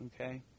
okay